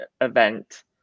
event